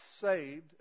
saved